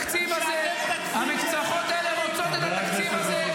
האלה --- המשפחות האלה רוצות את התקציב הזה.